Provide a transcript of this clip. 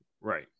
Right